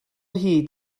hyd